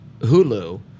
Hulu